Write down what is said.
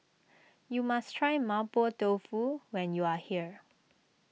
you must try Mapo Tofu when you are here